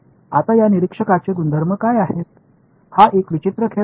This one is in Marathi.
आता या निरीक्षकाचे गुणधर्म काय आहेत हा एक विचित्र खेळ आहे